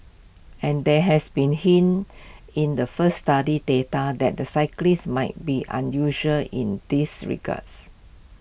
and there has been hints in the first study's data that the cyclists might be unusual in these regards